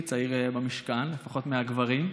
הכי צעיר במשכן, לפחות מהגברים.